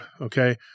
Okay